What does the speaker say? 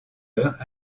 heures